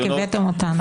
הבאתם אותנו.